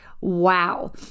Wow